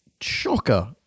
shocker